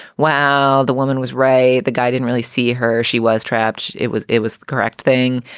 wow, the woman was ray. the guy didn't really see her. she was trapped. it was it was the correct thing.